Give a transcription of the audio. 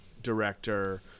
director